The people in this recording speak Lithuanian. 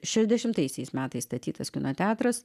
šešdešimtaisiais metais statytas kino teatras